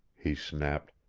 he snapped.